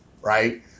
right